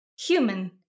human